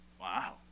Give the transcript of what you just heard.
Wow